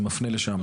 זה מפנה לשם.